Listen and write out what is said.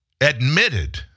admitted